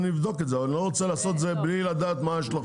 נבדוק את זה אבל אני לא רוצה לעשות את זה בלי לדעת מה ההשלכות.